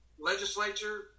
Legislature